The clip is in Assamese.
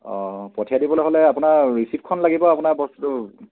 অঁ পঠিয়াই দিবলৈ হ'লে আপোনাৰ ৰিচিপ্টখন লাগিব আপোনাৰ বস্তুটো